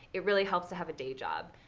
it really helps to have a day job.